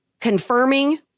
confirming